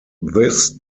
this